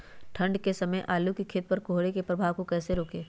ठंढ के समय आलू के खेत पर कोहरे के प्रभाव को कैसे रोके?